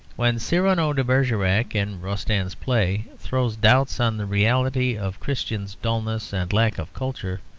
when cyrano de bergerac, in rostand's play, throws doubts on the reality of christian's dulness and lack of culture,